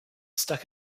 stuck